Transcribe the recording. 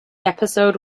episode